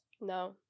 No